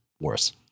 worse